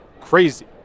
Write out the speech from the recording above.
crazy